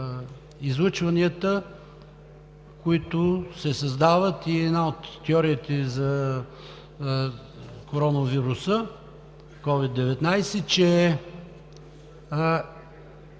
излъчванията, които се създават. Една от теориите за коронавируса – COVID-19, е,